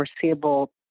foreseeable